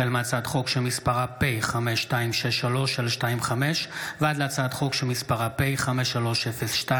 החל בהצעת חוק שמספרה פ/5263/25 וכלה בהצעת חוק שמספרה פ/5302/25: